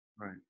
right